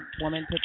woman